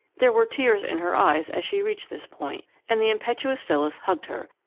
there were tears in her eyes as she reached this point, and the impetuous phyllis hugged her.